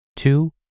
Two